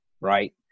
right